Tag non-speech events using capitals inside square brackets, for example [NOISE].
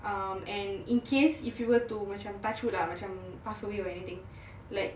um and in case if you were to macam touch wood lah macam pass away or anything [BREATH] like